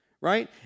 right